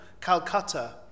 Calcutta